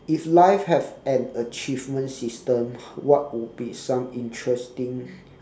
if life have an achievement system what would be some interesting